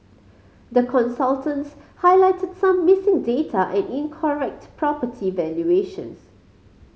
the consultants highlighted some missing data and incorrect property valuations